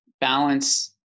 balance